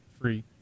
free